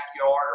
backyard